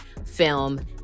film